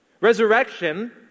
Resurrection